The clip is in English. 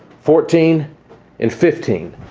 fourteen and fifteen.